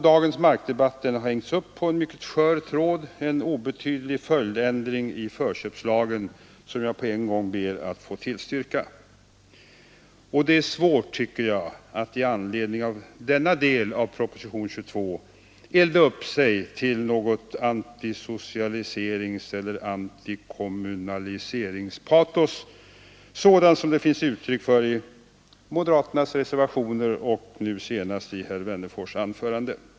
Dagens markdebatt har hängts upp på en mycket skör tråd — en obetydlig följdändring i förköpslagen, som jag på en gång ber att få tillstyrka. Det är svårt, tycker jag, att i anledning av denna del av propositionen 22 elda upp sig till något antisocialiseringseller antikommunaliseringspatos, sådant som det finns uttryck för i moderaternas reservationer och nu senast i herr Wennerfors” anförande.